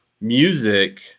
music